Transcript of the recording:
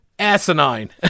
Asinine